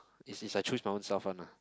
is is I choose my own self one lah